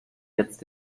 jetzt